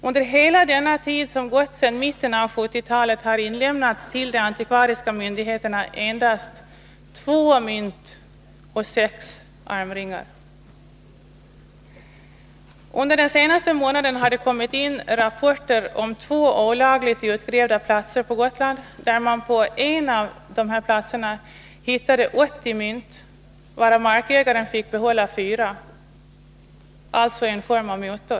Under hela den tid som gått sedan mitten av 1970-talet har till de antikvariska myndigheterna inlämnats endast två mynt och sex armringar. Under den senaste månaden har det kommit in rapporter om två olagligt utgrävda platser på Gotland. På en av dessa platser hittade man 80 mynt, varav markägaren fick behålla 4 — alltså en form av muta.